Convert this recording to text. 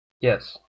yes